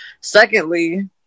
Secondly